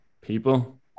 people